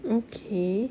okay